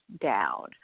down